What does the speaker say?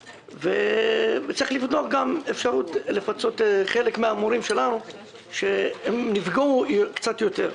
צריך לבדוק גם אפשרות לפצות חלק מהמורים שנפגעו קצת יותר.